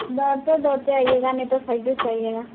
दौड़ते दौड़ते आइएगा नहीं तो साइडे से आइएगा